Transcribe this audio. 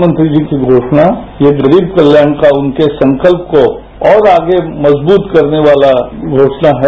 प्रधानमंत्री जी की आज कीघोषणा ये गरीब कल्याण का उनके संकल्प को और आगे मजबूत करने वाला घोषणा है